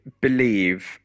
believe